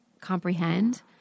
comprehend